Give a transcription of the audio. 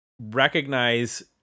recognize